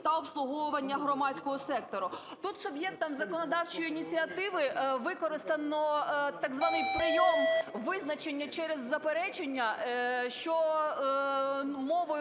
та обслуговування громадського сектору". Тут суб'єктом законодавчої ініціативи використано так званий прийом визначення через заперечення, що мовою